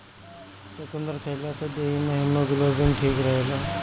चुकंदर खइला से देहि में हिमोग्लोबिन ठीक रहेला